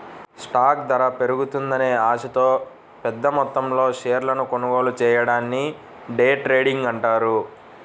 stock ధర పెరుగుతుందనే ఆశతో పెద్దమొత్తంలో షేర్లను కొనుగోలు చెయ్యడాన్ని డే ట్రేడింగ్ అంటారు